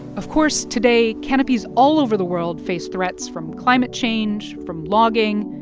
of course, today, canopies all over the world face threats from climate change, from logging,